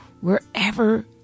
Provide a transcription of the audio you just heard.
wherever